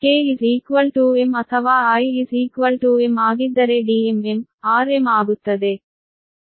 k m ಅಥವಾ i m ಆಗಿದ್ದರೆ Dmm rm ಆಗುತ್ತದೆ